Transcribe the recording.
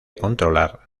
controlar